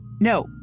No